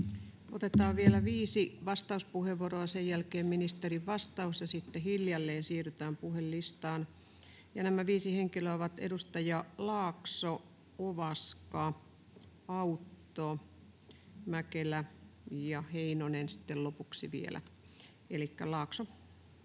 Otetaan vielä viisi vastauspuheenvuoroa ja sen jälkeen ministerin vastaus, ja sitten hiljalleen siirrytään puhelistaan. Nämä viisi henkilöä ovat edustajat Laakso, Ovaska, Autto, Mäkelä ja Heinonen sitten lopuksi vielä. — Elikkä Laakso.